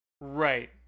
Right